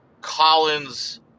Collins